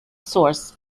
source